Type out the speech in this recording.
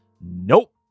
Nope